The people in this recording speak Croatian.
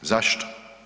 Zašto?